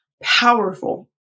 powerful